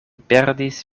perdis